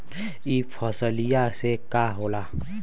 ई फसलिया से का होला?